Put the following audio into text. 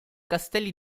castelli